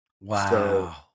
Wow